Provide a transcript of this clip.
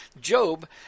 Job